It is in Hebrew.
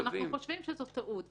אם אנחנו חושבים שזאת טעות,